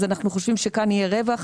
אז אנחנו חושבים שכאן יהיה רווח.